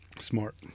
Smart